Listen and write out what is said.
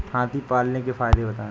हाथी पालने के फायदे बताए?